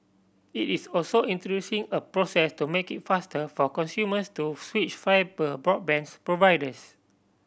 it is also introducing a process to make it faster for consumers to switch fibre broadband providers